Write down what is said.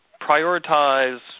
Prioritize